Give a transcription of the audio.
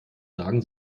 sagen